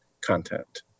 content